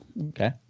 okay